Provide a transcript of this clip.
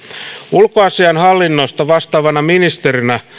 ulkoasiainhallinnosta vastaavana ministerinä